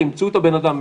ימצאו את הבן אדם,